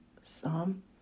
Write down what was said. Psalm